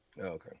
Okay